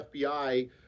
FBI